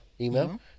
Email